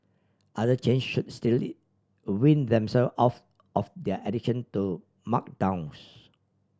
other chain should still it a wean themself off of their addiction markdowns